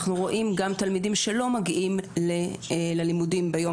אנחנו רואים גם תלמידים שלא מגיעים ללימודים ביום